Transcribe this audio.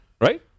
Right